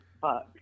Fuck